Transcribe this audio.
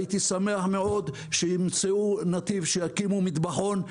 הייתי שמח מאוד שימצאו נתיב שיקימו מטבחון,